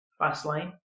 Fastlane